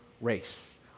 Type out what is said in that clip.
race